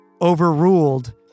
overruled